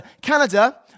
Canada